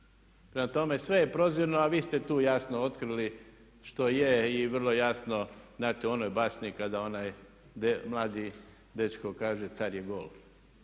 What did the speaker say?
Prema tome, sve je prozirno, a vi ste tu jasno otkrili što je i vrlo jasno znate u onoj basni kada onaj mladi dečko kaže car je gol.